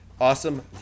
Awesome